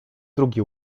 drugi